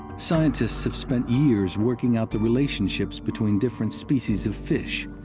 scientists have spent years working out the relationships between different species of fish,